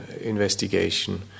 investigation